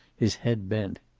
his head bent.